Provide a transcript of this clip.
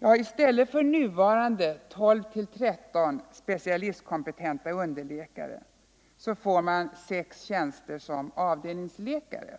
Jo, i stället för nuvarande 12-13 specialistkompetenta underläkare får man 6 tjänster för avdelningsläkare.